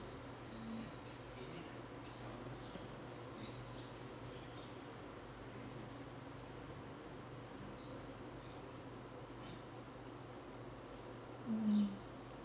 hmm